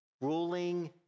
ruling